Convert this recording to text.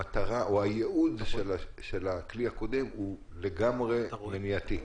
המטרה או הייעוד של הכלי הקודם הוא לגמרי מניעתי.